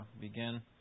begin